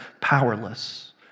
powerless